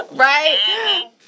Right